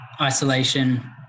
isolation